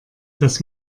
dass